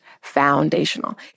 foundational